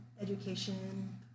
education